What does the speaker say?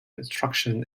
instruction